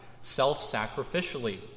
self-sacrificially